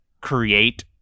create